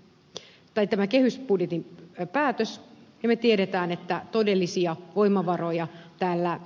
me tiedämme tämän kehysbudjetin päätöksen ja me tiedämme että voi olla